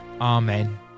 Amen